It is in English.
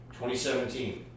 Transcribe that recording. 2017